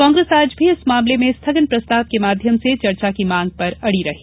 कांग्रेस आज भी इस मामले में स्थगन प्रस्ताव के माध्यम से चर्चा की मांग पर अड़ी रही